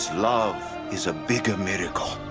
love is a bigger miracle.